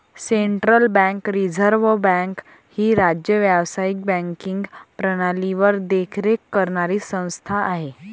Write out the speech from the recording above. central bank reserve bank ही राज्य व्यावसायिक बँकिंग प्रणालीवर देखरेख करणारी संस्था आहे